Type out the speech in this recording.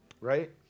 right